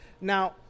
Now